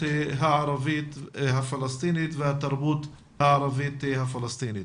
הערבית הפלסטינית והתרבות הערבית הפלסטינית.